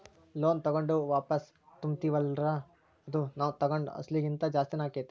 loan ತಗೊಂಡು ವಾಪಸೆನ್ ತುಂಬ್ತಿರ್ತಿವಲ್ಲಾ ಅದು ನಾವ್ ತಗೊಂಡ್ ಅಸ್ಲಿಗಿಂತಾ ಜಾಸ್ತಿನ ಆಕ್ಕೇತಿ